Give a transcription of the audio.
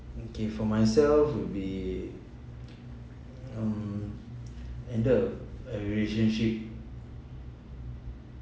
okay for myself would be um ended a relationship